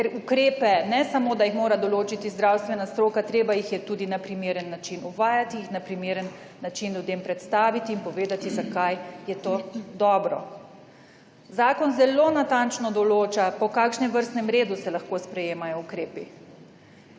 ker ukrepe ne samo, da jih mora določiti zdravstvena stroka, treba jih je tudi na primeren način uvajati, jih na primeren način ljudem predstaviti in povedati, zakaj je to dobro. Zakon zelo natančno določa, po kakšnem vrstnem redu se lahko sprejemajo ukrepi.